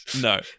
No